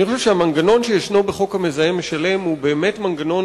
אני חושב שהמנגנון שיש בחוק המזהם משלם הוא באמת מנגנון